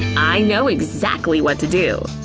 i know exactly what to do.